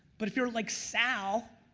but if you're like sal,